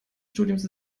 studiums